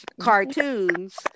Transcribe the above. cartoons